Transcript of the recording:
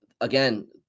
again